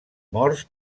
mort